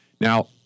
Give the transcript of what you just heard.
Now